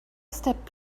stepped